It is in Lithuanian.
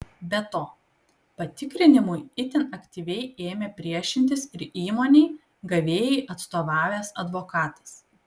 be to patikrinimui itin aktyviai ėmė priešintis ir įmonei gavėjai atstovavęs advokatas